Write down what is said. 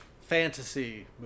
fantasy